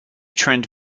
trend